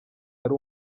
yari